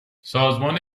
سازمان